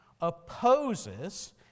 opposes